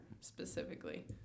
specifically